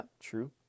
True